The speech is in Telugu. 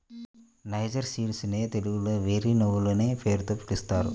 నైజర్ సీడ్స్ నే తెలుగులో వెర్రి నువ్వులనే పేరుతో పిలుస్తారు